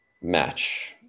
match